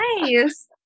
nice